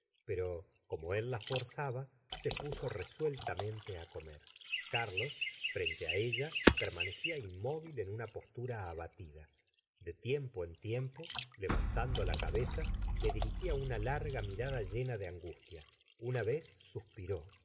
pero como él la forzaba se puso resueltamente á comer carlos frente á ella permanecía inmóvil en una postura abatida de tiempo en tiempo levantando la cabeza le dirigía una larga mirada llena de angustia una vez suspiró